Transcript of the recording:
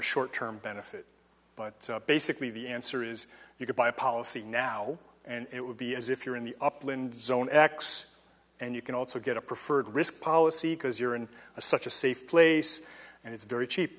a short term benefit but basically the answer is you could buy a policy now and it would be as if you're in the upland zone x and you can also get a preferred risk policy because you're in a such a safe place and it's very cheap